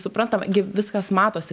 suprantama gi viskas matosi